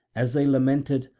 as they lamented,